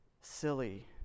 silly